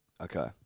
Okay